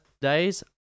days